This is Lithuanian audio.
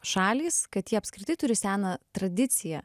šalys kad ji apskritai turi seną tradiciją